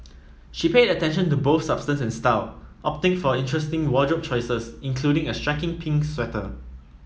she paid attention to both substance and style opting for interesting wardrobe choices including a striking pink sweater